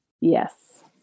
Yes